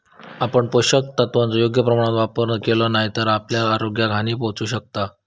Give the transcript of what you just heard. आपण पोषक तत्वांचो योग्य प्रमाणात वापर केलो नाय तर आपल्या आरोग्याक हानी पोहचू शकता